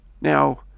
Now